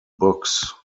books